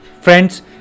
Friends